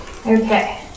Okay